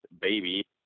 baby